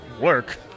Work